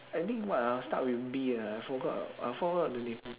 I think what ah start with B ah I forgot I forgot the name